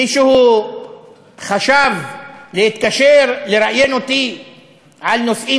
מישהו חשב להתקשר לראיין אותי על נושאים